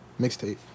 mixtape